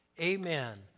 Amen